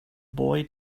boy